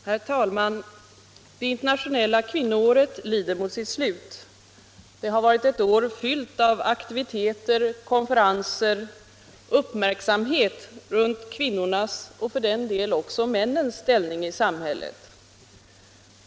Herr talman! Det internationella kvinnoåret lider mot sitt slut. Det har varit ett år fyllt av aktiviteter, konferenser och uppmärksamhet runt kvinnornas, och för den delen också männens, ställning i samhället.